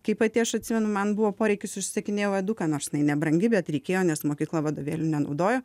kai pati aš atsimenu man buvo poreikis užsisakinėjau eduką nors jinai nebrangi bet reikėjo nes mokykla vadovėlių nenaudojo